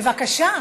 בבקשה,